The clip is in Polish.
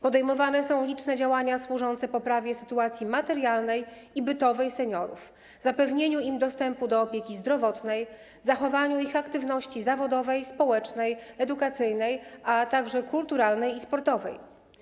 Podejmowane są liczne działania służące poprawie sytuacji materialnej i bytowej seniorów, zapewnieniu im dostępu do opieki zdrowotnej, zachowaniu ich aktywności zawodowej, społecznej, edukacyjnej, a także kulturalnej i sportowej.